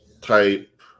type